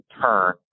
turn